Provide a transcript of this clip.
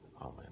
Amen